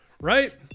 Right